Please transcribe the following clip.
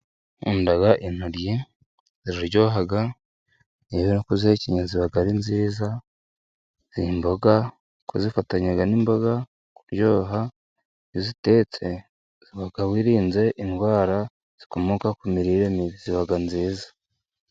Nkunda intoryi ziryoha niyo uri kuzihekenya ziba ari nziza, ni imboga kuko zifatanya n'imboga kuryoha iyo uzitetse uba wirinze indwara zikomoka ku mirire mibi ziba nziza.